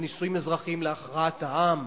של נישואים אזרחיים, להכרעת העם?